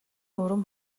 урам